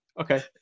Okay